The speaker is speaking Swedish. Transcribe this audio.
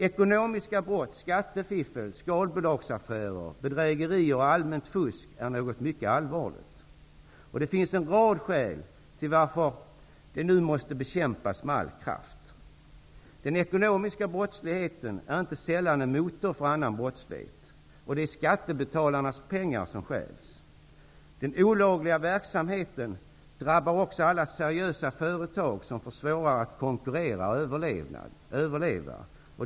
Ekonomiska brott, skattefiffel, skalbolagsaffärer, bedrägerier och allmänt fusk är något mycket allvarligt. Det finns en rad skäl till varför de nu måste bekämpas med all kraft. Den ekonomiska brottsligheten är inte sällan en motor för annan brottslighet, och det är skattebetalarnas pengar som stjäls. Den olagliga verksamheten drabbar också alla seriösa företag, som får svårare att konkurrera och överleva.